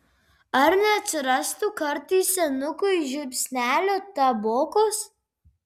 ar neatsirastų kartais senukui žiupsnelio tabokos